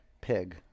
pig